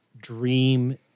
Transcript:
dream